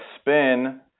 spin